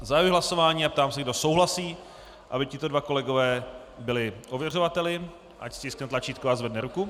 Zahajuji hlasování a ptám se, kdo souhlasí, aby tito dva kolegové byli ověřovateli, ať stiskne tlačítko a zvedne ruku.